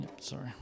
sorry